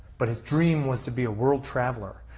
but his dream was to be a world traveler.